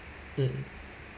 mm